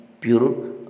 pure